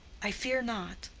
i fear not.